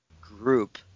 group